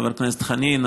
חבר הכנסת חנין,